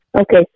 Okay